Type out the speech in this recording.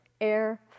air